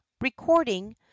Recording